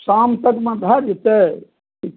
शाम तक मे भय जेतै